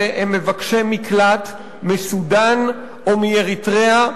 הם מבקשי מקלט מסודן או מאריתריאה,